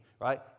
right